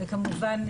וכמובן,